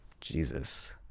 Jesus